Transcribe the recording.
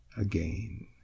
again